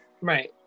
Right